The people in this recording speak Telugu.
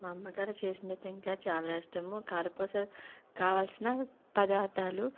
మా అమ్మగారు చేసింది అయితే చాలా ఇష్టం కారపూస కావలసిన పదార్థాలు